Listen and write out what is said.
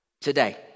today